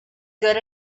good